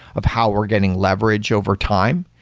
of how we're getting leveraged overtime.